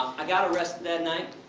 i got arrested that night,